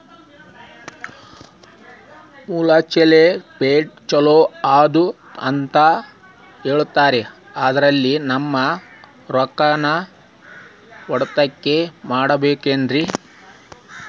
Mutual fund ಛಲೋ ಅದಾ ಅಂತಾ ಹೇಳ್ತಾರ ಅದ್ರಲ್ಲಿ ನಮ್ ರೊಕ್ಕನಾ ಹೂಡಕಿ ಮಾಡಬೋದೇನ್ರಿ?